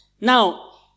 Now